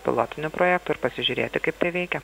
pilotiniu projektu ir pasižiūrėti kaip veikia